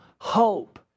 hope